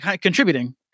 contributing